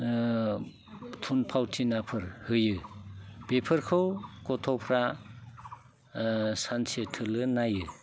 थुनफावथिनाफोर होयो बेफोरखौ गथ'फ्रा सानसे थोलो नायो